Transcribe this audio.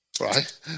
Right